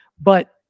but-